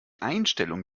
einstellung